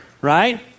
right